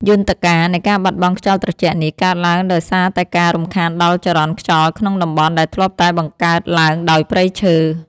យន្តការនៃការបាត់បង់ខ្យល់ត្រជាក់នេះ កើតឡើងដោយសារតែការរំខានដល់ចរន្តខ្យល់ក្នុងតំបន់ដែលធ្លាប់តែបង្កើតឡើងដោយព្រៃឈើ។